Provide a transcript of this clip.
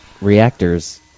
Reactors